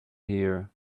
here